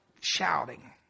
shouting